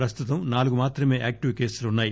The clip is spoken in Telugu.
ప్రస్తుతం నాలుగు మాత్రమే ఏక్టివ్ కేసులు ఉన్నాయి